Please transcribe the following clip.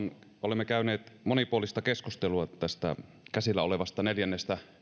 olemme käyneet monipuolista keskustelua tästä käsillä olevasta neljännestä